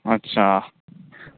अच्छा